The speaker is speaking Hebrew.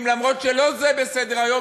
שאף שזה אינו בסדר-היום,